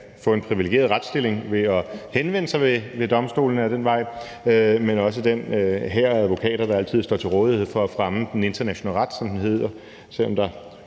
kan få en privilegeret retsstilling ved at henvende sig ved domstolene, altså ved at gå den vej, men også den hær af advokater, der altid står til rådighed for at fremme den internationale ret, som den hedder – selv om der